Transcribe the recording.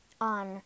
on